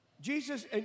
Jesus